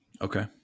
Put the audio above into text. Okay